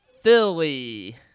Philly